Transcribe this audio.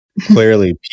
Clearly